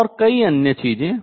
और कई अन्य चीजें